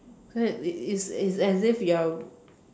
cause is is as if you're